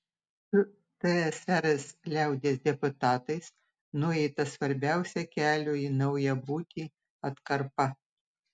su tsrs liaudies deputatais nueita svarbiausia kelio į naują būtį atkarpa